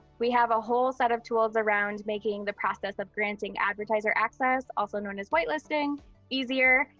we have a whole set of tools around making the process of granting advertiser access, also known as whitelisting easier.